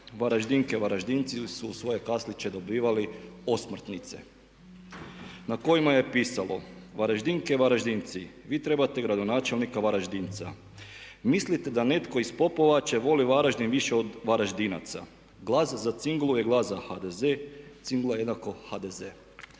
Varaždinke, Varaždinci su u svoje kasliće dobivali osmrtnice na kojima je pisalo: „Varaždinke, Varaždinci, vi trebate gradonačelnika Varaždinca. Mislite da netko iz Popovače voli Varaždin više od Varaždinaca. Glas za Cingulu je glas za HDZ, Cingula=HDZ.“